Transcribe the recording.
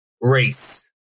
race